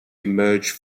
emerge